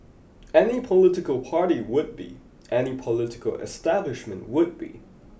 any political party would be any political establishment would be